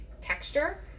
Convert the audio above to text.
texture